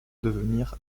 devenir